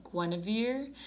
Guinevere